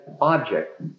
object